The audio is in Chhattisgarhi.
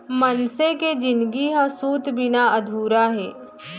मनसे के जिनगी ह सूत बिना अधूरा हे